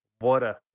Water